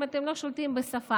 אם אתם לא שולטים בשפה.